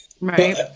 right